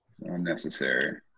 Unnecessary